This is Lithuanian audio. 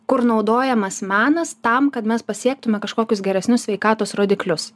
kur naudojamas menas tam kad mes pasiektume kažkokius geresnius sveikatos rodiklius